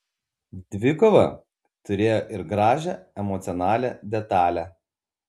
dvikova turėjo ir gražią emocionalią detalę